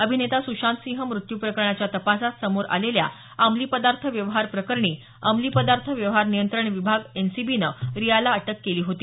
अभिनेता सुशांतसिंह मृत्यू प्रकरणाच्या तपासात समोर आलेल्या अंमली पदार्थ व्यवहार प्रकरणी अंमली पदार्थ व्यवहार नियंत्रण विभाग एनसीबीने रियाला अटक केली होती